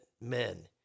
men